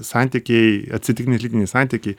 santykiai atsitiktiniai lytiniai santykiai